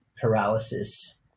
paralysis